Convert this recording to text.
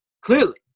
Clearly